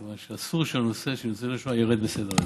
מכיוון שאסור שהנושא של ניצולי שואה ירד מסדר-היום,